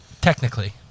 Technically